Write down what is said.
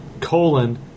colon